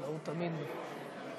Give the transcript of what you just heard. אדוני